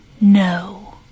no